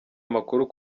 amakuru